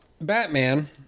Batman